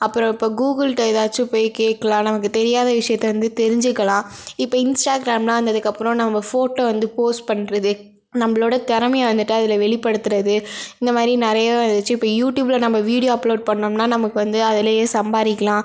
அப்புறம் இப்போ கூகுள்கிட்ட ஏதாச்சும் போய் கேட்கலாம் நமக்கு தெரியாத விஷயத்தை வந்து தெரிஞ்சுக்கலாம் இப்போ இன்ஸ்டாகிராம்லாம் வந்ததுக்கப்புறம் நம் ஃபோட்டோ வந்து போஸ்ட் பண்ணுறது நம்மளோட திறமைய வந்துட்டு அதில் வெளிப்படுத்துகிறது இந்த மாதிரி நிறைய வந்துச்சு இப்போ யூடியூபில் நம்ம வீடியோ அப்லோட் பண்ணோம்னால் நமக்கு வந்து அதுலேயே சம்பாதிக்கலாம்